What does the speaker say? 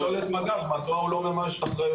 צריך לשאול את מג"ב מדוע הוא לא מממש את אחריותו.